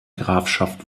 grafschaft